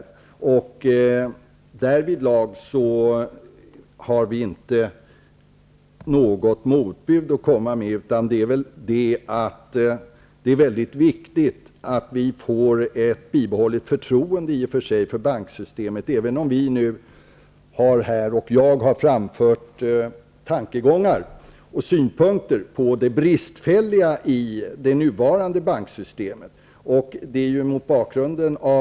Därvidlag har vi inte något motbud att komma med. Det är viktigt att förtroendet för banksystemet bibehålls, även om jag har framfört tankegångar och synpunkter på det bristfälliga i det nuvarande banksystemet.